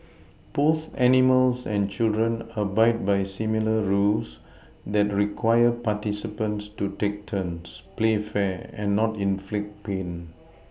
both animals and children abide by similar rules that require participants to take turns play fair and not inflict pain